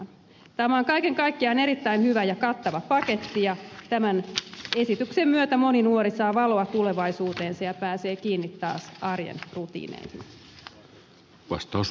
tämä on kaiken kaikkiaan erittäin hyvä ja kattava paketti ja tämän esityksen myötä moni nuori saa valoa tulevaisuuteensa ja pääsee kiinni taas arjen rutiineihin